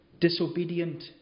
disobedient